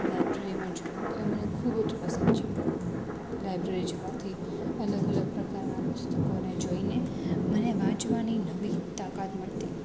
લાઇબ્રેરીમાં જવું એ મને ખૂબ જ પસંદ છે લાઇબ્રેરી જવાથી અલગ અલગ પ્રકારના પુસ્તકોને જોઈને મને વાંચવાની નવી તાકાત મળતી